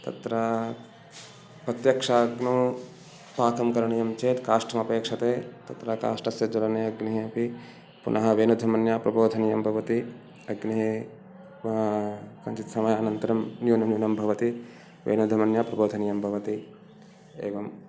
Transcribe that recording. तत्र प्रत्यक्षाग्नौ पाकं करणीयञ्चेत् काष्ठम् अपेक्षते तत्र काष्टस्य ज्वलने अग्निः अपि पुनः वेनुधूमन्या प्रबोधनीयं भवति अग्नि कञ्चित् समयानन्तरं न्यूनं न्यूनं भवति वेनुधूमन्या प्रबोधनीयं भवति एवं